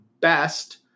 best